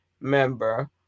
member